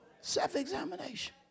self-examination